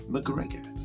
McGregor